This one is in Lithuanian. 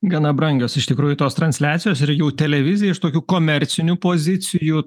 gana brangios iš tikrųjų tos transliacijos ir jų televizija iš tokių komercinių pozicijų